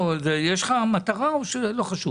יש לך מטרה או שלא חשוב